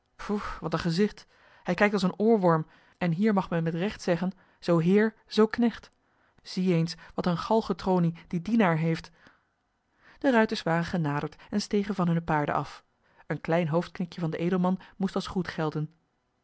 wat een gezicht hij kijkt als een oorworm en hier mag men met recht zeggen zoo heer zoo knecht zie eens wat een galgentronie die dienaar heeft de ruiters waren genaderd en stegen van hunne paarden af een klein hoofdknikje van den edelman moest als groet gelden